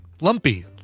Lumpy